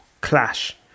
clash